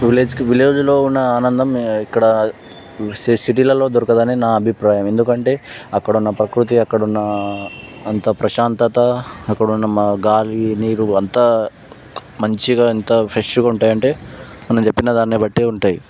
విలేజ్కి విలేజ్లో ఉన్న ఆనందం ఇక్కడ సిటీలలో దొరకదని నా అభిప్రాయం ఎందుకంటే అక్కడున్న ప్రకృతి అక్కడున్న అంత ప్రశాంతత అక్కడ ఉన్న గాలి నీరు అంతా మంచిగా ఎంత ఫ్రెష్గా ఉంటాయంటే మనం చెప్పిన దాన్ని బట్టి ఉంటాయి